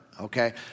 okay